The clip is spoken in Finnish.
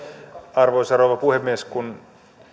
arvoisa rouva puhemies kun